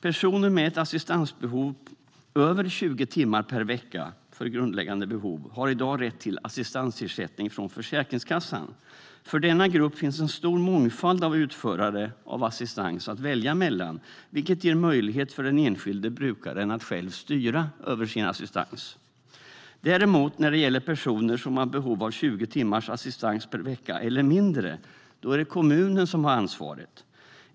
Personer med ett assistansbehov över 20 timmar per vecka för grundläggande behov har i dag rätt till assistansersättning från Försäkringskassan. För denna grupp finns en stor mångfald av utförare av assistans att välja mellan, vilket ger möjlighet för den enskilde brukaren att själv styra över sin assistans. Däremot när det gäller personer som har behov av 20 timmars assistans per vecka eller mindre är det kommunen som har ansvaret.